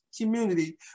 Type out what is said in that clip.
community